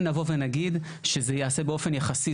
כן נבוא ונגיד שזה ייעשה באופן יחסי.